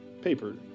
paper